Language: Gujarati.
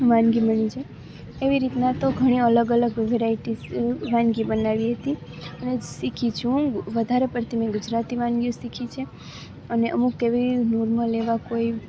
વાનગી બની જાય એવી રીતનાં તો ઘણી અલગ અલગ વેરાયટીસ વાનગી બનાવી હતી અને શીખી છું વધારે પડતી મેં ગુજરાતી વાનગીઓ શીખી છે અને અમુક એવી નોર્મલ એવાં કોઈ